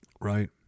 right